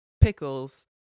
pickles